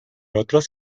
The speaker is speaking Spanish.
otros